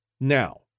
Now